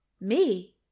Me